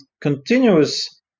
continuous